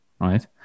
right